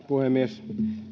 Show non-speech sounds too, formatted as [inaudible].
[unintelligible] puhemies